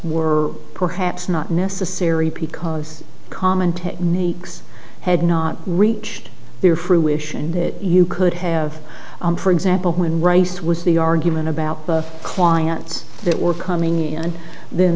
were perhaps not necessary precautions common techniques had not reached their fruition that you could have for example when rice was the argument about the clients that were coming in and then